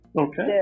Okay